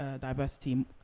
diversity